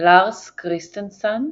לארס כריסטנסן,